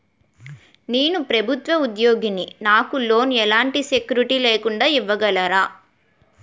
నేను ప్రభుత్వ ఉద్యోగిని, నాకు లోన్ ఎలాంటి సెక్యూరిటీ లేకుండా ఇవ్వగలరా?